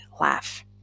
laugh